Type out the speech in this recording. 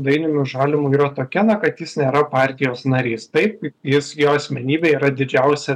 dainiumi žalimu yra tokia na kad jis nėra partijos narys taip jis jo asmenybė yra didžiausia